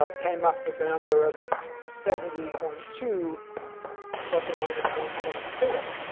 ah came up with a number of seventy point two plus or minus one point four,